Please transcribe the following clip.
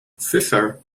fisher